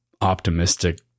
optimistic